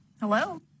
Hello